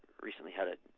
recently had a